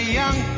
young